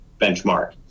benchmark